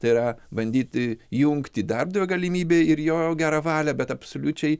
tai yra bandyti jungti darbdavio galimybę ir jo gerą valią bet absoliučiai